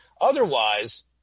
otherwise